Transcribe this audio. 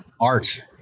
art